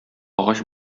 агач